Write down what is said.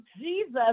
Jesus